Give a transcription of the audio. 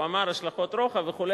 הוא אמר: השלכות רוחב וכו'.